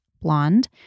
blonde